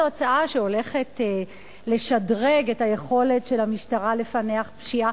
זו הצעה שהולכת לשדרג את היכולת של המשטרה לפענח פשיעה,